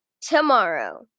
tomorrow